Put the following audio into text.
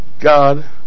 God